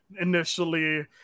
initially